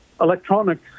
electronics